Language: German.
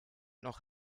noch